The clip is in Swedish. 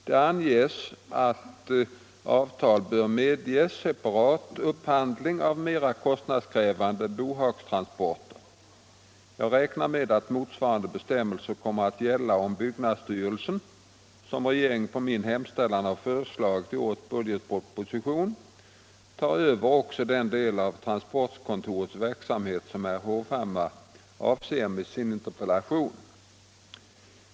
Där anges att avtal bör medge separat upphandling av mera kostnadskrävande bohagstransporter. Jag räknar med att motsvarande bestämmelser kommer att gälla om byggnadsstyrelsen — som regeringen på min hemställan har föreslagit i årets budgetproposition — tar över också den del av transportkontorets verksamhet som herr Hovhammar avser med sin interpellation.